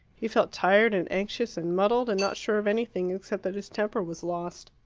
he felt tired and anxious and muddled, and not sure of anything except that his temper was lost.